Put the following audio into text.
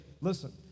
Listen